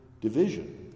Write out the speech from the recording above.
division